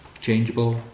changeable